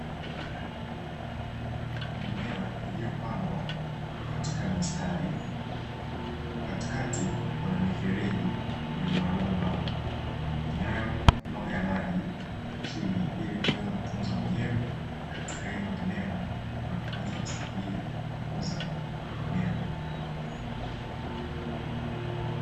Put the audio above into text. Mimea iliyopandwa katika mistari katikati kuna mifereji yenye mabomba inayomwaga maji chini ili kuweza kutunza unyevu katika hilo eneo na kuweza kusaidia kukuza mimea.